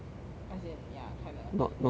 as in ya kinda I don't know